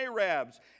Arabs